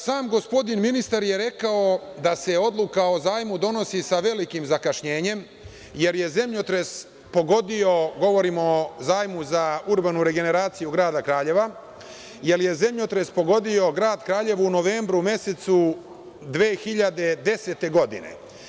Sam gospodin ministar je rekao da se odluka o zajmu donosi sa velikim zakašnjenjem, jer je zemljotres pogodio, govorim o zajmu za urbanu regeneraciju grada Kraljeva, grad Kraljevo u novembru mesecu 2010. godine.